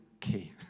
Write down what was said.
key